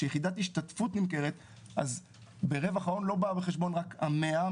כשיחידת השתתפות נמכרת אז ברווח ההון לא בא בחשבון רק ה-100,